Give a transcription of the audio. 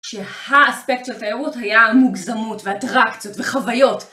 שהאספקט של התיירות היה המוגזמות ואטרקציות וחוויות.